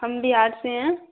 हम बिहार से हैं